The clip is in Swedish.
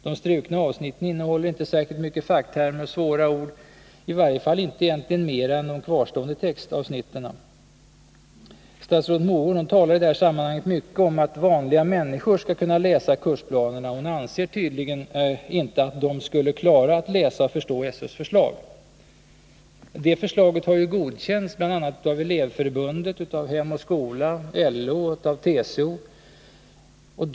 De strukna avsnitten innehåller inte särskilt mycket facktermer och svåra ord, i varje fall inte mer än de kvarstående textavsnitten. Statsrådet Mogård talar i det här sammanhanget mycket om att ”vanliga människor” skall kunna läsa kursplanerna. Hon anser tydligen inte att de skulle kunna klara av att läsa och förstå SÖ:s förslag. Detta förslag har godkänts av bl.a. Elevförbundet. Hem och Skola, LO och TCO.